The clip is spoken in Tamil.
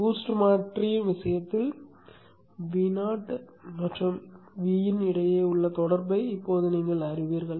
BOOST மாற்றியின் விஷயத்தில் Vo மற்றும் Vin இடையே உள்ள தொடர்பை இப்போது நீங்கள் அறிவீர்கள்